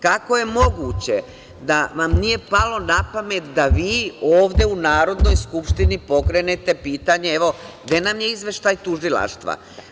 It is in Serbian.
Kako je moguće da vam nije palo na pamet da vi ovde u Narodnoj skupštini pokrenete pitanje, evo, gde nam je izveštaj tužilaštva?